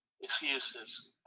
excuses